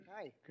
Hi